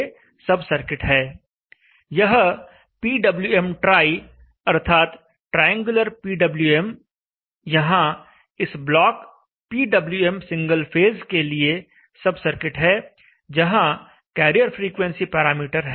यह PWMtri अर्थात triangular PWM यहां इस ब्लॉक पीडब्ल्यूएम सिंगल फेस के लिए सब सर्किट है जहां कैरियर फ्रीक्वेंसी पैरामीटर है